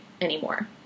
anymore